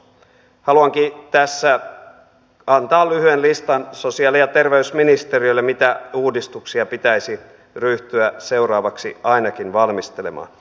haluankin tässä antaa lyhyen listan sosiaali ja terveysministeriölle mitä uudistuksia pitäisi ryhtyä seuraavaksi ainakin valmistelemaan